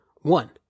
one